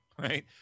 right